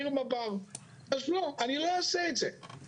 מה שטוב לבית חולים,